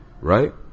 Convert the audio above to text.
right